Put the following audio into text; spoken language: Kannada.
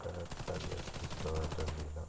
ಕರೆಕ್ಟಾಗಿ ಅಸ್ತಿತ್ವದದಿಲ್ಲ